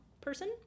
person